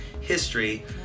history